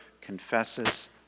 confesses